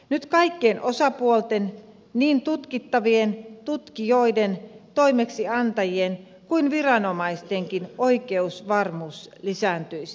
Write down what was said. nyt kaikkien osapuolten niin tutkittavien tutkijoiden toimeksiantajien kuin viranomaistenkin oikeusvarmuus lisääntyisi